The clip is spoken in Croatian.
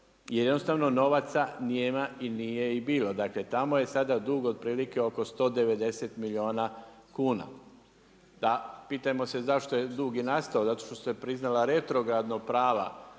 jednostavno novaca nema i nije ih bilo. Dakle, tamo je sada dug otprilike oko 190 milijuna kuna. Pitajmo se zašto je dug i nastao. Zato što su se priznala retrogradno prava